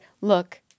look